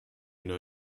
know